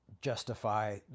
justify